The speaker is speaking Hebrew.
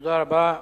תודה רבה.